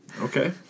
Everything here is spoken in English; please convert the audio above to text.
Okay